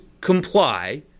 comply